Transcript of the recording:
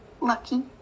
Lucky